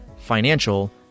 financial